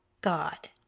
God